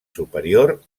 superior